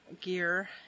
gear